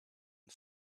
and